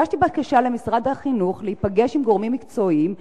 הגשתי בקשה למשרד החינוך להיפגש עם גורמים מקצועיים,